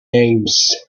names